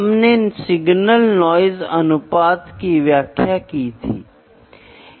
इसलिए जो मैं आपको बताने की कोशिश कर रहा हूं वह मान लीजिए आइए मान लें कि मैं 1002 मिलीमीटर व्यास का एक शाफ्ट बनाना चाहता हूं